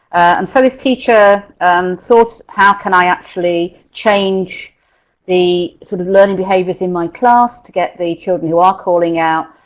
and so this teacher um thought, thought, how can i actually change the sort of learning behavior in my class to get the children who are calling out